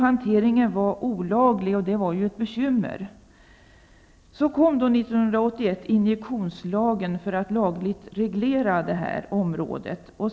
Hanteringen var olaglig, vilket var ett bekymmer. 1981 kom injektionslagen för att lagligt reglera detta område.